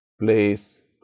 place